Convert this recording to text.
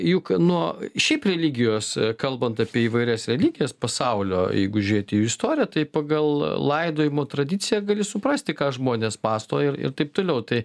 juk nuo šiaip religijos kalbant apie įvairias religijas pasaulio jeigu žiūrėt į jų istoriją tai pagal laidojimo tradiciją gali suprasti ką žmonės mąsto ir ir taip toliau tai